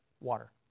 water